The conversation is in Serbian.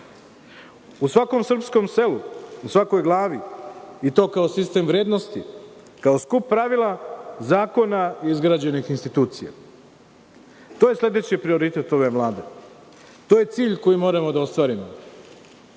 U svakom srpskom selu, u svakom glavi i to kao sistem vrednosti, kao skup pravila, zakona, izgrađenih institucija. To je sledeći prioritet ove Vlade. To je cilj koji moramo da ostvarimo. Teška